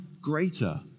greater